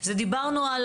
דיברנו על